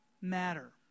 matter